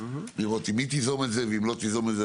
לראות אם היא תיזום את זה,